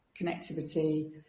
connectivity